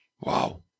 Wow